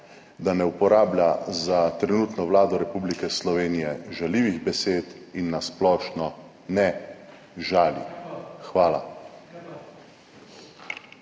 da ne uporablja za trenutno Vlado Republike Slovenije žaljivih besed in na splošno ne žali. Hvala.